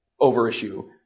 overissue